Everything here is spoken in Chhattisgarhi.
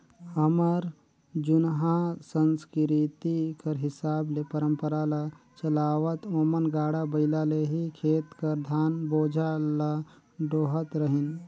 हमर जुनहा संसकिरती कर हिसाब ले परंपरा ल चलावत ओमन गाड़ा बइला ले ही खेत कर धान बोझा ल डोहत रहिन